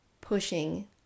pushing